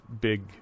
big